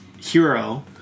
hero